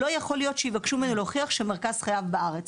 לא ייתכן שיבקשו להוכיח שמרכז חייו בארץ,